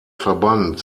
verband